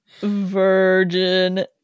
virgin